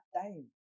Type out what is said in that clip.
time